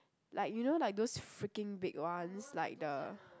like you know like those freaking big ones like the